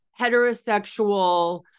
heterosexual